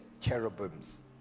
cherubims